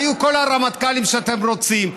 היו כל הרמטכ"לים שאתם רוצים.